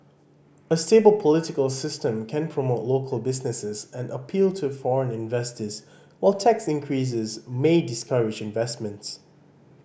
a stable political system can promote local businesses and appeal to foreign investors while tax increases may discourage investments